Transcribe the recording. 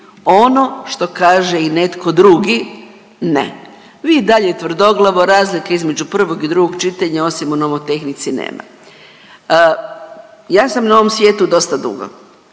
ono što kaže i netko drugi, ne, vi i dalje tvrdoglavo, razlike između prvog i drugog čitanja osim u nomotehnici nema. Ja sam na ovom svijetu dosta dugo